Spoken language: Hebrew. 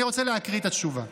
אז אני רוצה להקריא את התשובה.